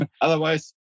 Otherwise